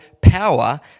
power